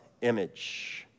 image